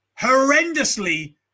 horrendously